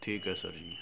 ਠੀਕ ਹੈ ਸਰ ਜੀ